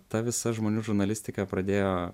ta visa žmonių žurnalistika pradėjo